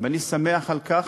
ואני שמח על כך